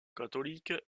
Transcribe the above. catholique